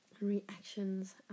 reactions